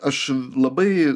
aš labai